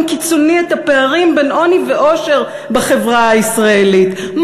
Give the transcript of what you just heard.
קיצוני את הפערים בין עוני ועושר בחברה הישראלית,